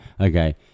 okay